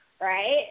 right